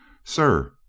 sir,